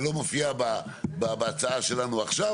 שלא מופיע בהצעה שלנו עכשיו,